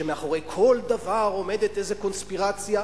שמאחורי כל דבר עומדת איזו קונספירציה,